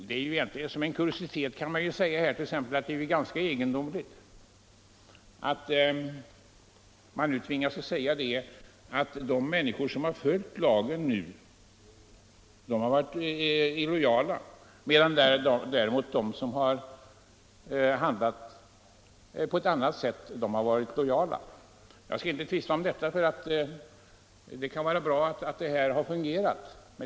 Det är ju närmast en kuriositet att man nu skulle säga, att de människor som följt lagen har varit illojala, medan de som handlat på annat sätt har varit lojala. Nu skall jag emellertid inte tvista om detta, ty det kan vara bra att hela systemet har fungerat.